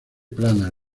plana